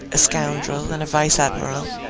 a scoundrel and a vice admiral